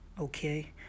Okay